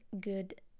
good